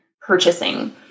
purchasing